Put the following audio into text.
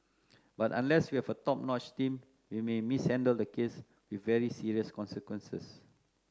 but unless we have a top notch team we may mishandle the case with very serious consequences